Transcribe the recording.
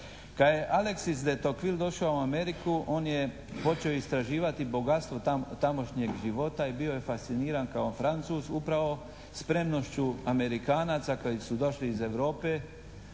Kad je Aleksis Detokvil došao u Ameriku, on je počeo istraživati bogatstvo tamošnjeg života i bio je fasciniran kao Francuz upravo spremnošću Amerikanaca koji su došli iz Europe